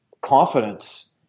confidence